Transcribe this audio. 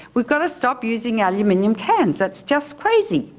we've got to stop using aluminium cans, that's just crazy.